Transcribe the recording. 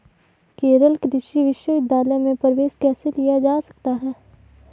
केरल कृषि विश्वविद्यालय में प्रवेश कैसे लिया जा सकता है?